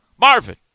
Marvin